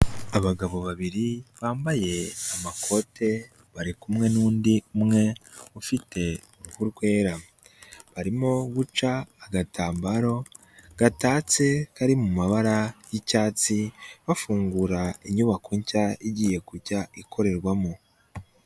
Abagabo babiri bambaye amakote bari kumwe n'undi umwe ufite uruhu rwera, barimo guca agatambaro gatatse kari mu mabara y'icyatsi bafungura inyubako nshya igiye kujya ikorerwamo.